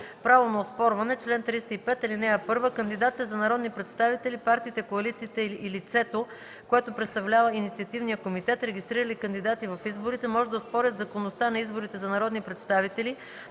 „Право на оспорване Чл. 305. (1) Кандидатите за народни представители, партиите, коалициите и лицето, което представлява инициативния комитет, регистрирали кандидати в изборите, може да оспорят законността на изборите за народни представители